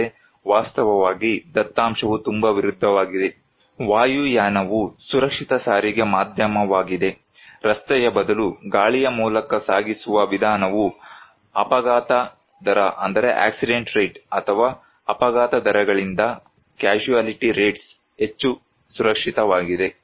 ಆದರೆ ವಾಸ್ತವವಾಗಿ ದತ್ತಾಂಶವು ತುಂಬಾ ವಿರುದ್ಧವಾಗಿದೆ ವಾಯುಯಾನವು ಸುರಕ್ಷಿತ ಸಾರಿಗೆ ಮಾಧ್ಯಮವಾಗಿದೆ ರಸ್ತೆಯ ಬದಲು ಗಾಳಿಯ ಮೂಲಕ ಸಾಗಿಸುವ ವಿಧಾನವು ಅಪಘಾತ ದರ ಅಥವಾ ಅಪಘಾತ ದರಗಳಿಂದ ಹೆಚ್ಚು ಸುರಕ್ಷಿತವಾಗಿದೆ